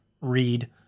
read